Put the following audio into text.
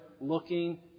looking